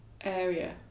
area